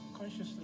consciously